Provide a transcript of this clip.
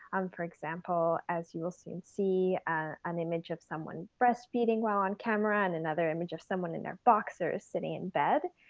um for example, as you will soon see an image of someone breastfeeding while on camera and another image of someone in their boxers sitting in bed.